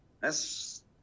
thats